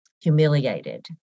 humiliated